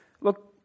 look